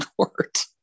Court